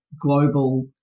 global